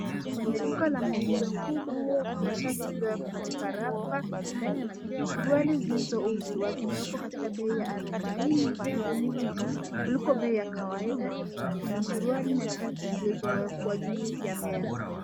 Kwenye duka la mauzo la nguo, kuna shati zilizowekwa katika rafa . Suruali zilizouzwa zimewekwa katika bei ya 40 kupunguza kuliko bei ya kawaida. Kuna suruali na shati zilizowekwa juu ya meza.